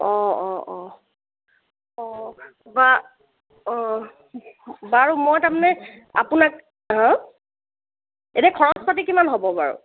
অঁ অঁ অঁ অঁ কিবা অঁ বাৰু মই তাৰমানে আপোনাক হাঁ এতিয়া খৰচ পাতি কিমান হ'ব বাৰু